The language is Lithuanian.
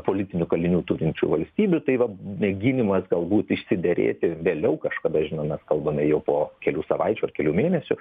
politinių kalinių turinčių valstybių tai va mėginimas galbūt išsiderėti vėliau kažkada žinoma mes kalbame jau po kelių savaičių ar kelių mėnesių